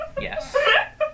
Yes